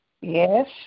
Yes